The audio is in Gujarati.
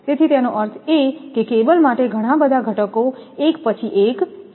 તેથી તેનો અર્થ એ કે કેબલ માટે ઘણા બધા ઘટકો એક પછી એક છે